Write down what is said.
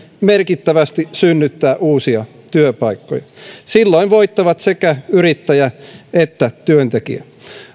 merkittävästi synnyttää uusia työpaikkoja silloin voittavat sekä yrittäjä että työntekijä